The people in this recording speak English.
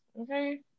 Okay